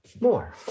more